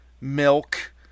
milk